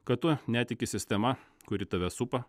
kad tu netiki sistema kuri tave supa